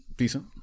Decent